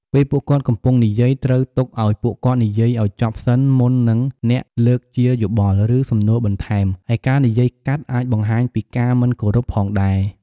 ពេលពួកគាត់កំពុងនិយាយត្រូវទុកឲ្យពួកគាត់និយាយឲ្យចប់សិនមុននឹងអ្នកលើកជាយោបល់ ឬសំនួរបន្ថែម ឯការនិយាយកាត់អាចបង្ហាញពីការមិនគោរពផងដែរ។